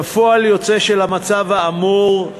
כפועל יוצא של המצב האמור,